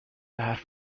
حرف